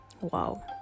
wow